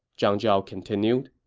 zhang zhao continued.